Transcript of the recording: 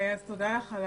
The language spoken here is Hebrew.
תודה לך על